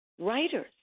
writers